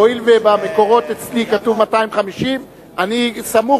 הואיל ובמקורות אצלי כתוב 250 אני סמוך